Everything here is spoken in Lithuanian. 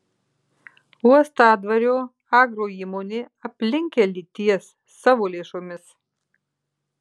uostadvario agroįmonė aplinkkelį ties savo lėšomis